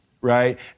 right